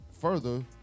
further